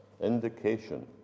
indication